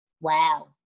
Wow